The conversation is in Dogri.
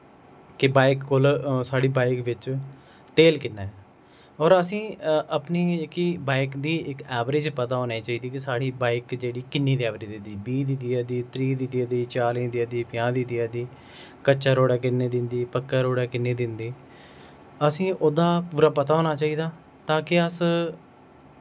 के बाईक कोल साढ़ी बाईक बिच्च तेल किन्ना ऐ और असेंई अपनी जेह्की बाईक दी इक ऐवरेज़ पता होनी चाहिदी कि साढ़ी बाईक जेह्ड़ी किन्नी दी ऐवरेज़ देआ दी बीह् दी देआ दी त्रीह् दी देआ दी चाली दी देआ दी पंजा दी देआ दी कच्चै रोड़ै किन्नी दिंदी पक्कै रोड़ै किन्नी दिंदी असें ओह्दा पूरा पता होना चाहिदा ताकि अस